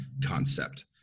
concept